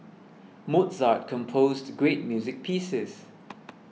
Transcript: Mozart composed great music pieces